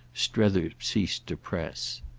strether ceased to press.